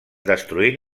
destruint